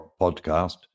Podcast